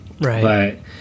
Right